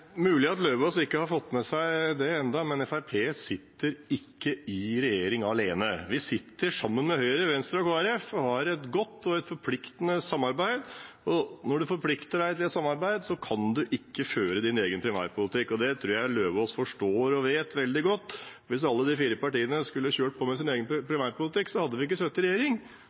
mulig at representanten Lauvås ikke har fått med seg det ennå, men Fremskrittspartiet sitter ikke i regjering alene. Vi sitter sammen med Høyre, Venstre og Kristelig Folkeparti og har et godt og forpliktende samarbeid, og når man forplikter seg til et samarbeid, kan man ikke kjøre sin egen primærpolitikk. Det tror jeg representanten Lauvås forstår og vet veldig godt. Hvis alle de fire partiene skulle kjørt på med sin egen primærpolitikk, hadde vi ikke sittet i regjering.